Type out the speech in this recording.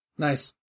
Nice